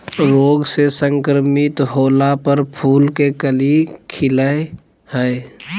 रोग से संक्रमित होला पर फूल के कली खिलई हई